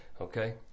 Okay